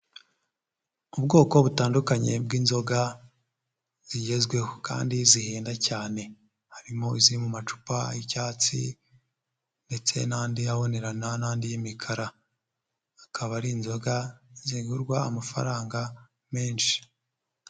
Ubwoko butandukanye bw'inzoga zigezweho kandi zihenda cyane, harimo iziri mu macupa y'icyatsi ndetse n'andi abonerana n'andi y'imikara, akaba ari inzoga, zigurwa amafaranga menshi.